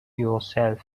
yourself